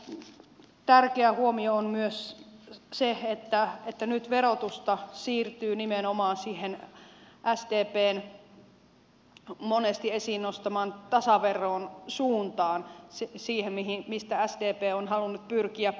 erittäin tärkeä huomio on myös se että nyt verotusta siirtyy nimenomaan siihen sdpn monesti esiin nostaman tasaveron suuntaan siihen mistä sdp on halunnut pyrkiä pois